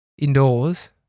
Indoors